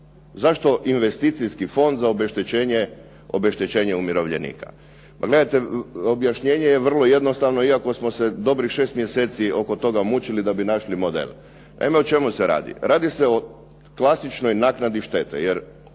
zašto investicijski fond za obeštećenje umirovljenika. Pa gledajte, objašnjenje je vrlo jednostavno iako smo se dobrih 6 mjeseci oko toga mučili da bi našli model. Naime, o čemu se radi? Radi se o klasičnoj naknadi štete